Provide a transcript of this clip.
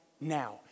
now